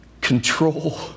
control